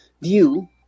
view